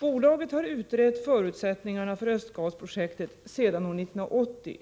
Bolaget har utrett förutsättningarna för Östgas-projektet sedan år 1980.